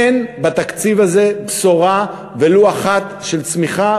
אין בתקציב הזה בשורה ולו אחת של צמיחה,